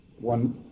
One